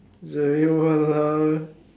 !walao!